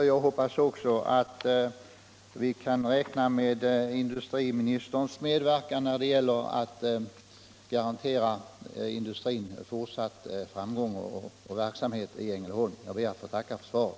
Jag hoppas att vi kan räkna med industriministerns medverkan när det gäller att garantera industrin fortsatt framgång och verksamhet i Ängelholm. Jag ber än en gång att få tacka för svaret.